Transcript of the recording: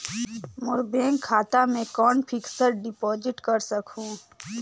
मोर bank खाता मे कौन फिक्स्ड डिपॉजिट कर सकहुं?